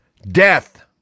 Death